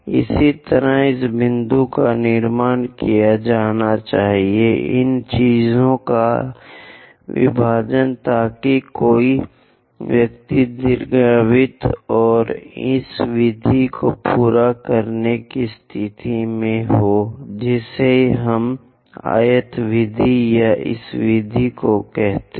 इसी तरह इस बिंदु का निर्माण किया जाना चाहिए इन चीजों का विभाजन ताकि कोई व्यक्ति दीर्घवृत्त और इस विधि को पूरा करने की स्थिति में हो जिसे हम आयत विधि या इस विधि को कहते हैं